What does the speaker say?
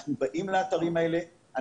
אנחנו באים לאתרים האלה,